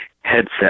headset